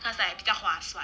他才比较划算